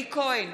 אלי כהן,